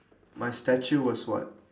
my statue was what